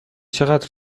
چقدر